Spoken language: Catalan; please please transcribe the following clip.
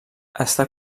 està